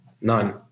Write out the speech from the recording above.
none